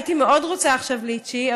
הייתי מאוד רוצה עכשיו ליצ'י,